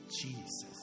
Jesus